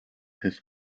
his